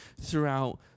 throughout